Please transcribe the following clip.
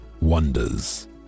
wonders